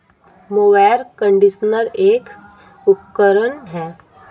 mower conditioner एक उपकरण है